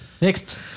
Next